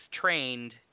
trained